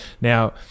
Now